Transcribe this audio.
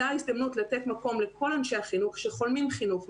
זו ההזדמנות לתת מקום לכל אנשי החינוך שחולמים חינוך,